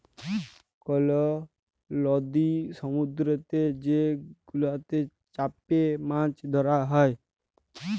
call লদি সমুদ্দুরেতে যে গুলাতে চ্যাপে মাছ ধ্যরা হ্যয়